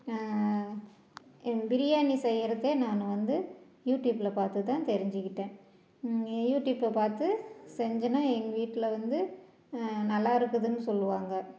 பிரியாணி செய்கிறதே நான் வந்து யூடியூபில் பார்த்துதான் தெரிஞ்சிகிட்டேன் யூடியூபை பார்த்து செஞ்சன்னா எங்கள் வீட்டில் வந்து நல்லாருக்குதுன்னு சொல்லுவாங்க